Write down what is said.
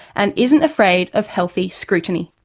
and isn't afraid of healthy scrutiny.